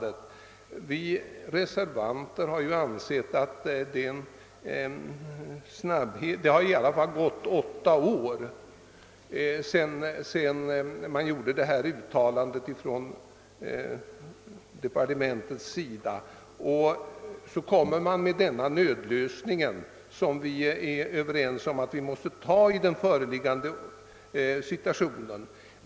Vi reservanter anser dock att det förflutit lång tid, åtta år, sedan detta uttalande av departementschefen gjordes. Sedan kommer då denna nödlösning som enligt vad vi är överens om måste tas i den nuvarande situationen.